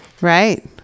Right